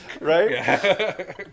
Right